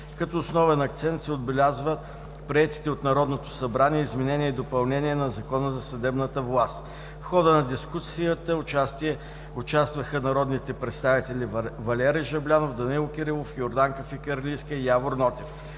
Като основен акцент се отбелязва приетите от Народното събрание измененията и допълненията на Закона за съдебната власт. В хода на дискусията участваха народните представители Валери Жаблянов, Данаил Кирилов, Йорданка Фикирлийска и Явор Нотев.